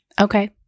okay